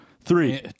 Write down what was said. Three